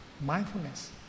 mindfulness